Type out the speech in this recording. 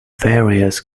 various